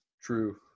True